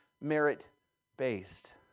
merit-based